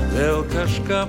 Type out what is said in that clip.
vėl kažką